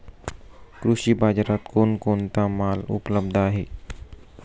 कृषी बाजारात कोण कोणता माल उपलब्ध आहे?